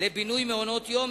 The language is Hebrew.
לבינוי מעונות-יום,